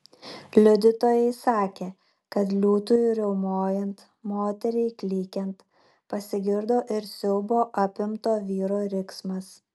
liudytojai sakė kad liūtui riaumojant moteriai klykiant pasigirdo ir siaubo apimto vyro riksmas